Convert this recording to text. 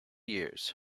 years